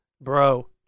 Bro